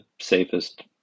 safest